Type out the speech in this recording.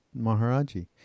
Maharaji